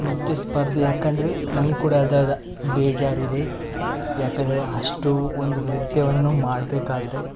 ನೃತ್ಯ ಸ್ಪರ್ಧೆ ಏಕಂದ್ರೆ ನಂಗೆ ಕೂಡ ಅದು ಅದು ಬೇಜಾರಿದೆ ಏಕಂದ್ರೆ ಅಷ್ಟು ಒಂದು ನೃತ್ಯವನ್ನು ಮಾಡಬೇಕಾದ್ರೆ